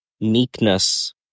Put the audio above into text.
meekness